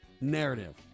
narrative